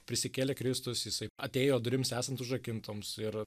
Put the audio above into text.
prisikėlė kristus jisai atėjo durims esant užrakintoms ir